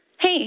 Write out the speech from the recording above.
hey